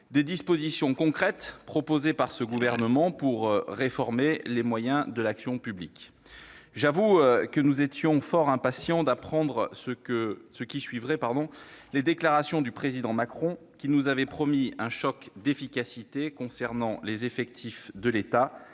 des dispositions concrètes proposées par ce gouvernement pour réformer les moyens de l'action publique. J'avoue que nous étions fort impatients d'apprendre ce qui suivrait les déclarations du président Macron, qui nous avait promis un choc d'efficacité concernant les effectifs de l'État